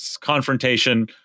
confrontation